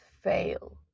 fail